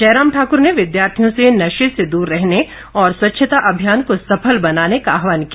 जयराम ठाक्र ने विद्यार्थियों से नशे से दूर रहने और स्वच्छता अभियान को सफल बनाने का आहवान किया